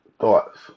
thoughts